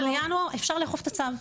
ב-29 בינואר אפשר לאכוף את הצו.